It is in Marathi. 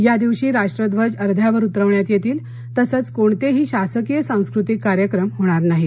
या दिवशी राष्ट्रध्वज अध्यावर उतरवण्यात येतील तसंच कोणतेही शासकीय सांस्कृतिक कार्यक्रम होणार नाहीत